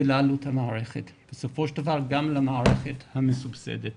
ולעלות המערכת, בסופו של דבר גם למערכת המסובסדת.